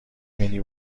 مینی